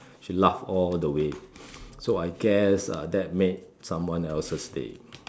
she laugh all the way so I guess uh that made someone else's day